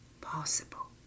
possible